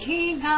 King